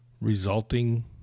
resulting